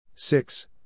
Six